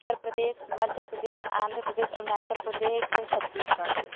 Uttar Pradesh Madhya Pradesh Andhra Pradesh Arunachal Pradesh Chhattisgarh